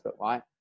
Right